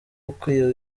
ukwiye